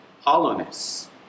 hollowness